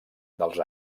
dels